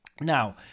Now